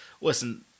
listen